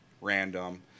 random